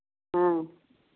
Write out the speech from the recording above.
हाँ